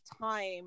time